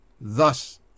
thus